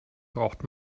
braucht